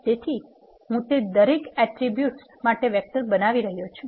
તેથી હું તે દરેક એટ્રીબ્યુટ માટે વેક્ટર બનાવી રહ્યો છું